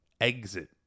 exit